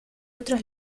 otras